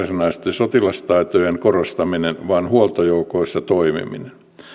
sotilastaitojen korostaminen vaan huoltojoukoissa toimiminen